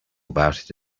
about